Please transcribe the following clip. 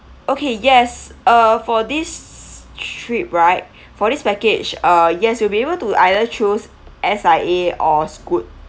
okay yes uh for this trip right for this package uh yes you'll be able to either choose S_I_A or Scoot